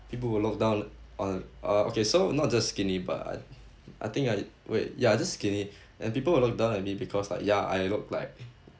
people will look down on uh okay so not just skinny but I think I weighed ya just skinny and people will look down at me because like ya I look like